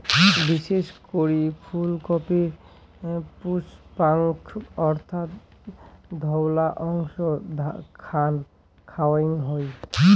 বিশেষ করি ফুলকপির পুষ্পাক্ষ অর্থাৎ ধওলা অংশ খান খাওয়াং হই